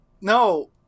No